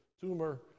tumor